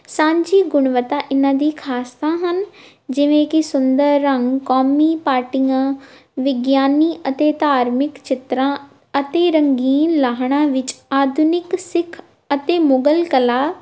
ਸਾਂਝੀ ਗੁਣਵੱਤਾ ਇਨ੍ਹਾਂ ਦੀ ਖਾਸਤਾ ਹਨ ਜਿਵੇਂ ਕਿ ਸੁੰਦਰ ਰੰਗ ਕੌਮੀ ਪਾਰਟੀਆਂ ਵਿਗਿਆਨੀ ਅਤੇ ਧਾਰਮਿਕ ਚਿੱਤਰਾਂ ਅਤੇ ਰੰਗੀਨ ਲਾਹਣਾਂ ਵਿੱਚ ਆਧੁਨਿਕ ਸਿੱਖ ਅਤੇ ਮੁਗ਼ਲ ਕਲਾ